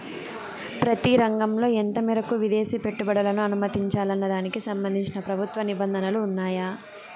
ప్రతి రంగంలో ఎంత మేరకు విదేశీ పెట్టుబడులను అనుమతించాలన్న దానికి సంబంధించి ప్రభుత్వ నిబంధనలు ఉన్నాయా?